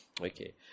Okay